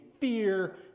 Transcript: fear